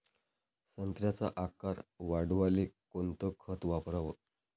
संत्र्याचा आकार वाढवाले कोणतं खत वापराव?